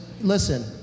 listen